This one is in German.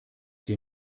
dir